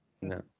No